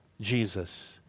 Jesus